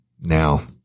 Now